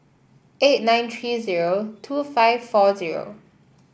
eight nine three zero two five four zero